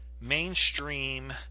mainstream